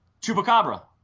Chupacabra